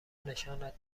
نشانت